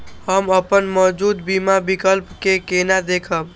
हम अपन मौजूद बीमा विकल्प के केना देखब?